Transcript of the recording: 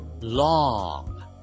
long